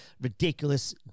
ridiculous